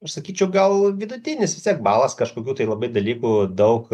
aš sakyčiau gal vidutinis vistiek balas kažkokių tai labai dalykų daug